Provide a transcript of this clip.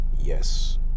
Yes